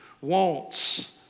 wants